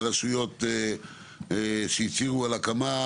רשויות הצהירו על הקמה,